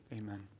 Amen